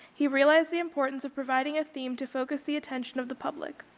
he realized the importance of providing a theme to focus the attention of the public.